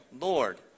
Lord